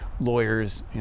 lawyers